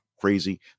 crazy